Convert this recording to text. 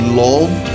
love